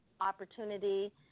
opportunity